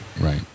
Right